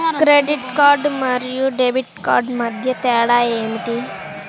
Credit card మరియు debit card మధ్య తేడా ఏమిటి?